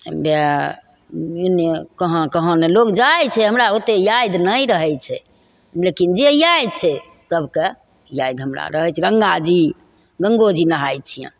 हेबे एन्ने कहाँ कहाँ नहि लोक जाइ छै हमरा ओतेक यादि नहि रहै छै लेकिन जे यादि छै सबके यादि हमरा रहै छै गङ्गाजी गङ्गोजी नहाइ छिअनि